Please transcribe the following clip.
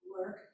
work